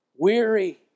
weary